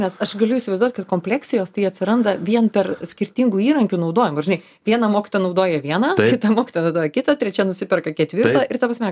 nes aš galiu įsivaizduot kad kompleksijos tai atsiranda vien per skirtingų įrankių naudojimą žinai viena mokytoja naudoja vieną kita mokytoja naudoja kitą trečia nusiperka ketvirtą ir ta prasme